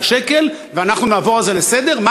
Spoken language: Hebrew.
שקל ואנחנו נעבור על זה לסדר-היום,